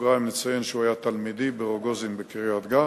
בסוגריים נציין שהוא היה תלמידי ב"רוגוזין" בקריית-גת,